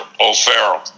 O'Farrell